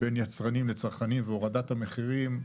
בין יצרנים לצרכנים והורדת המחירים,